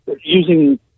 using